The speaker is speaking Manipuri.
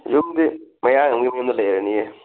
ꯌꯨꯝꯗꯤ ꯃꯌꯥꯡ ꯑꯃꯒꯤ ꯌꯨꯝꯗ ꯂꯩꯔꯅꯤꯌꯦ